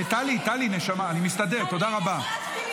טלי, נשמה, אני מסתדר, תודה רבה.